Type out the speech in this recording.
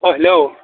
अ hello